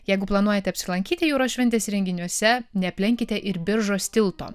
jeigu planuojate apsilankyti jūros šventės renginiuose neaplenkite ir biržos tilto